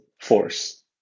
force